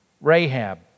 Rahab